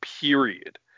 period